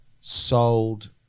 sold